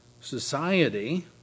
society